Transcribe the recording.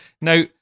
Now